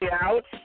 out